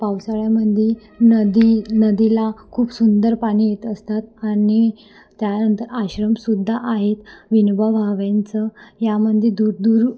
पावसाळ्यामध्ये नदी नदीला खूप सुंदर पाणी येत असतात आणि त्यानंतर आश्रमसुद्धा आहेत विनोबा भाव्यांचं यामध्ये दूर दूर